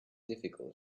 difficult